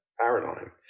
paradigm